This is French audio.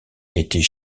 était